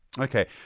Okay